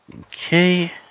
Okay